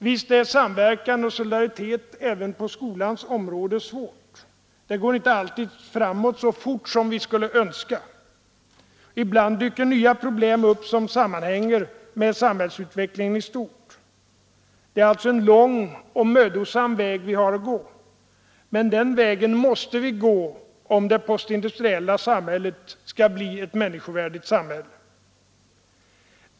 Visst är samverkan och solidaritet även på skolans område någonting svårt — utvecklingen går inte alltid framåt så fort som vi skulle önska. Ibland dyker nya problem upp, som sammanhänger med samhällsutvecklingen i stort. Det är alltså en lång och mödosam väg vi har att gå, men den vägen måste vi gå, om det postindustriella samhället skall bli ett människovärdigt samhälle.